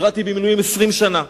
שירתתי במילואים 20 שנה.